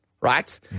right